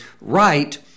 right